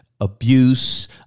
abuse